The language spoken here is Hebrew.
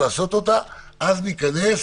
חזותית, כבר לא נכון